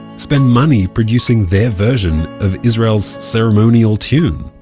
spend money producing their version of israel's ceremonial tune?